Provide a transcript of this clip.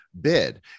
bid